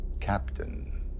Captain